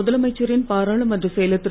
முதலமைச்சரின் பாராளுமன்றச் செயலர் திரு